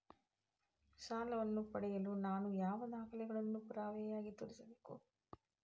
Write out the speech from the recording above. ಸಾಲವನ್ನು ಪಡೆಯಲು ನಾನು ಯಾವ ದಾಖಲೆಗಳನ್ನು ಪುರಾವೆಯಾಗಿ ತೋರಿಸಬೇಕು?